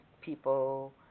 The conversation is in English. people